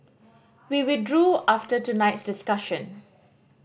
we withdrew after tonight's discussion